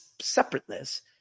separateness